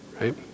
right